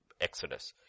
Exodus